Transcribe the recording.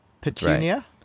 petunia